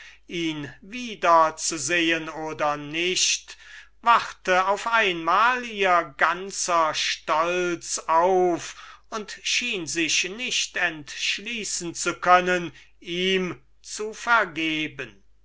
ihn wieder zu sehen wachte auf einmal ihr ganzer stolz auf und schien etliche augenblicke sich nicht entschließen zu können ihm zu vergeben